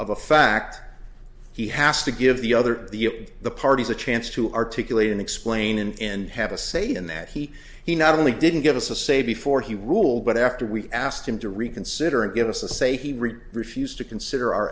of a fact he has to give the other the of the parties a chance to articulate and explain in have a say in that he he not only didn't give us a say before he ruled but after we asked him to reconsider and give us a say he refused to consider our